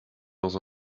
dans